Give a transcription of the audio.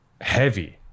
heavy